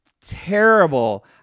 terrible